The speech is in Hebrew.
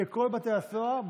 בכל בתי הסוהר,